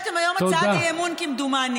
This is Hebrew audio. מיקי, אתם הגשתם היום הצעת אי-אמון, כמדומני.